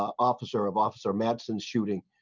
officer of officer mattson shooting.